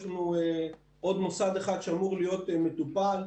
יש לנו עוד מוסד אחד שאמור להיות מטופל.